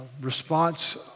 response